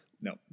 No